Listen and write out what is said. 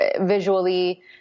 visually